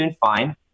fine